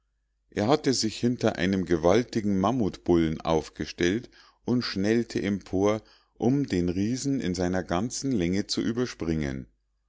er hatte sich hinter einem gewaltigen mammutbullen aufgestellt und schnellte empor um den riesen in seiner ganzen länge zu überspringen